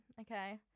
Okay